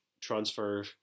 transfer